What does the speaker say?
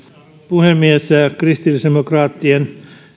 puhemies kristillisdemokraattien